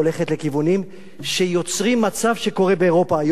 לכיוונים שיוצרים מצב שקורה באירופה היום,